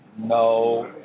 no